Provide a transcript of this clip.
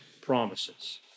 promises